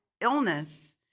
illness